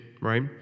right